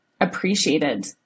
appreciated